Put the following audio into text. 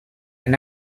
and